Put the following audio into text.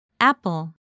apple